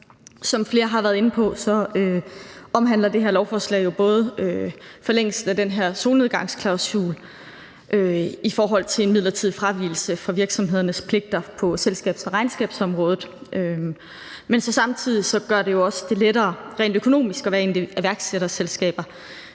Som flere har været inde på, omhandler det her lovforslag jo både forlængelsen af den her solnedgangsklausul i forhold til en midlertidig fravigelse fra virksomhedernes pligter på selskabs- og regnskabsområdet, men samtidig gør det jo det også lettere rent økonomisk at være et iværksætterselskab,